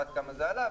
ועד כמה זה עלה.